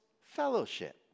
fellowship